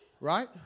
right